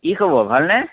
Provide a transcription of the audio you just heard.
কি খবৰ ভালনে